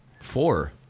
Four